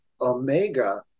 Omega